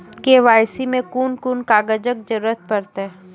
KYC मे कून कून कागजक जरूरत परतै?